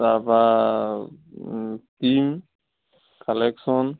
তাৰপৰা কালেকচন